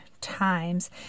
times